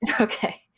okay